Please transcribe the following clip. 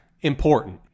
important